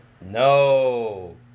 No